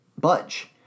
budge